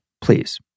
please